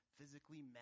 physically